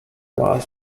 was